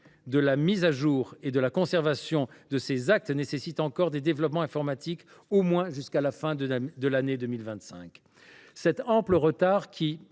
de la mise à jour et de la conservation de ces actes exige encore des développements informatiques, au moins jusqu’à la fin de l’année 2025. Cet ample retard, qui